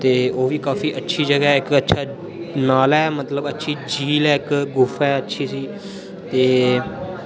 ओही काफी अच्छी जगहा इक अच्छा नाला ऐ मतलब अच्छी झील ऐ इक गुफा ऐ अच्छी सी ते